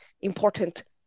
important